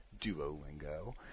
Duolingo